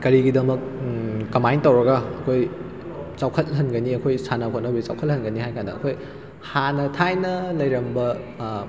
ꯀꯔꯤꯒꯤꯗꯃꯛ ꯀꯃꯥꯏꯅ ꯇꯧꯔꯒ ꯑꯩꯈꯣꯏ ꯆꯥꯎꯈꯠ ꯍꯟꯒꯅꯤ ꯑꯩꯈꯣꯏ ꯁꯥꯟꯅ ꯈꯣꯠꯅꯕꯁꯤ ꯆꯥꯎꯈꯠ ꯍꯟꯒꯅꯤ ꯍꯥꯏ ꯀꯥꯟꯗ ꯑꯩꯈꯣꯏ ꯍꯥꯟꯅ ꯊꯥꯏꯅ ꯂꯩꯔꯝꯕ